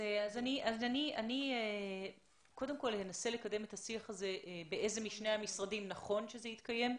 אני אנסה לקדם את השיח הזה באיזה משני המשרדים נכון שזה יתקיים.